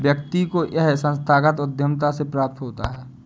व्यक्ति को यह संस्थागत उद्धमिता से प्राप्त होता है